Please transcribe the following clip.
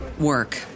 work